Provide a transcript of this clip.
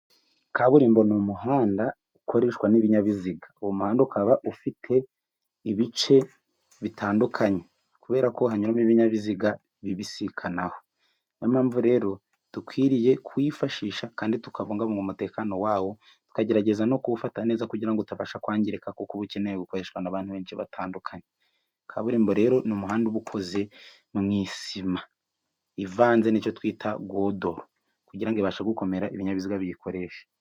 Kaburimbo n'umuhanda ukoreshwa n'ibinyabiziga, uwo muhanda ukaba ufite ibice bitandukanye kubera ko hanyumo ibinyabiziga bibisikanaho, niyo mpamvu rero dukwiriye kuyifashisha kandi tukabungabunga umutekano wawo tukagerageza no kuwufata neza, kugirango utabasha kwangirika kuko ukeneye gukoreshwa n'abantu benshi batandukanye, kaburimbo rero ni umuhanda ubu ukoze mu isima ivanze n'icyo twita godoro kugirango ibashe gukomera ibinyabiziga ba biyikoresha.